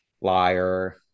liar